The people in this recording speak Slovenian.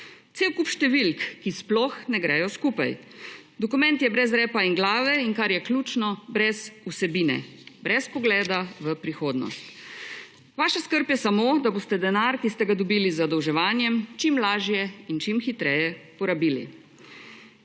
Cel kup številk, ki sploh ne gredo skupaj. Dokument je brez repa in glave, in kar je ključno, brez vsebine, brez pogleda v prihodnost. Vaša skrb je samo, da boste denar, ki ste ga dobili z zadolževanjem, čim lažje in čim hitreje porabili.